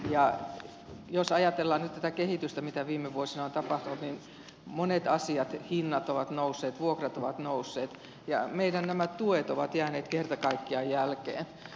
ja jos ajatellaan nyt tätä kehitystä mitä viime vuosina on tapahtunut niin monet hinnat ovat nousseet vuokrat ovat nousseet ja nämä meidän tuet ovat jääneet kerta kaikkiaan jälkeen